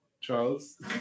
Charles